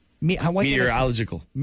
Meteorological